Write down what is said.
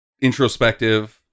introspective